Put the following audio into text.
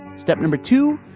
step number two,